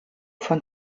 von